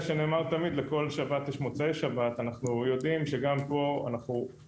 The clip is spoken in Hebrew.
אנחנו יודעים שגם פה אנחנו עומדים בפני תיקון משמעותי.